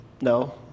No